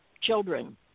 children